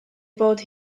bod